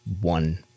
one